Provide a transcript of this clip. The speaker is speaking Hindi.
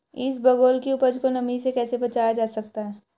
इसबगोल की उपज को नमी से कैसे बचाया जा सकता है?